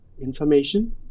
information